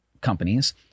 companies